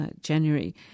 January